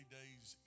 days